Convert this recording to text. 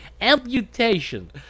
amputation